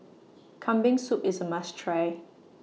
Kambing Soup IS A must Try